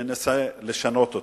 ומנסה לשנות אותו,